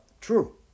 true